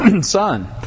son